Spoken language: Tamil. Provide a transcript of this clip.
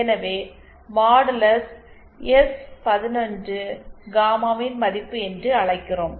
எனவே மாடுலஸ் எஸ்11 காமாவின் மதிப்பு என்று அழைக்கிறோம்